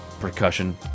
percussion